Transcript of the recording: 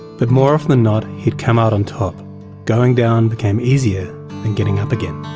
but more often than not he'd come out on top going down became easier than getting up again.